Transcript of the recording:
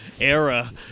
Era